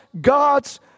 God's